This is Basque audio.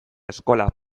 eskola